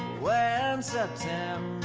when september